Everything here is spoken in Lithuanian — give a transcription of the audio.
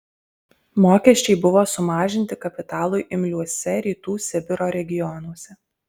mokesčiai buvo sumažinti kapitalui imliuose rytų sibiro regionuose